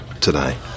today